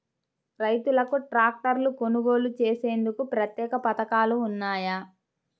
రైతులకు ట్రాక్టర్లు కొనుగోలు చేసేందుకు ప్రత్యేక పథకాలు ఉన్నాయా?